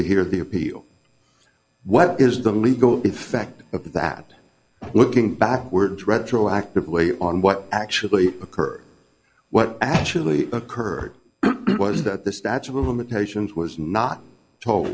to hear the appeal what is the legal effect of that looking backwards retroactively on what actually occurred what actually occurred was that the statute of limitations was not to